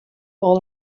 all